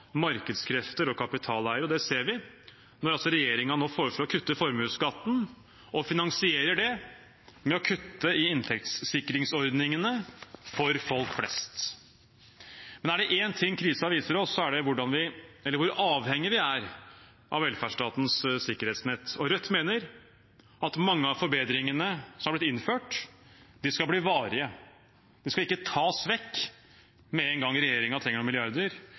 markedskrefter og kapitaleiere. Det ser vi ved at regjeringen nå foreslår å kutte i formuesskatten, og finansierer det ved å kutte i inntektssikringsordningene for folk flest. Er det én ting krisen viser oss, er det hvor avhengige vi er av velferdsstatens sikkerhetsnett. Rødt mener at mange av forbedringene som har blitt innført, skal bli varige. De skal ikke tas vekk med en gang regjeringen trenger noen milliarder